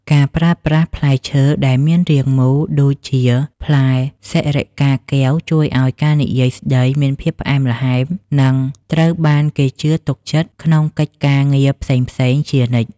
ការប្រើប្រាស់ផ្លែឈើដែលមានរាងមូលដូចជាផ្លែសិរិកាកែវជួយឱ្យការនិយាយស្ដីមានភាពផ្អែមល្ហែម និង ត្រូវបានគេជឿទុកចិត្តក្នុងកិច្ចការងារផ្សេងៗជានិច្ច។